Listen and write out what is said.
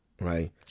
Right